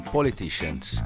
Politicians